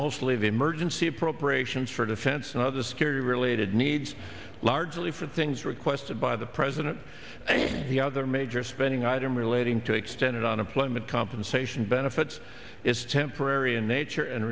mostly of emergency appropriations for defense and other security related needs largely for things requested by the president and the other major spending item relating to extended unemployment compensation benefits is temporary in nature